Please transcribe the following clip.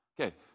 Okay